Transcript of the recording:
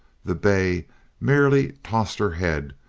the bay merely tossed her head,